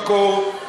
בקור,